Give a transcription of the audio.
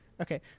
Okay